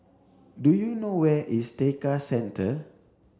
do you know where is Tekka Centre